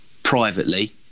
privately